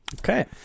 Okay